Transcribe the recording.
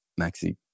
Maxi